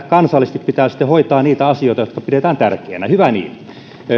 kansallisesti pitää sitten hoitaa niitä asioita joita pidetään tärkeinä hyvä niin